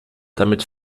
damit